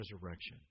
resurrection